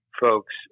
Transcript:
folks